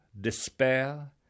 despair